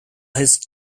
his